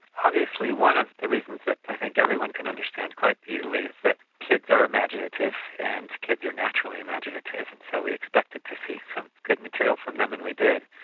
obviously, one of the reasons that i think everyone can understand quite easily is that kids are imaginative, and kids are naturally imaginative, and so we expected to see some good material from them, and we did.